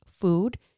food